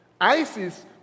ISIS